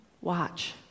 watch